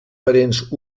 parents